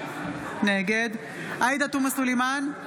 נגד עאידה תומא סלימאן,